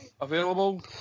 available